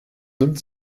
nimmt